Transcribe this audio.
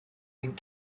and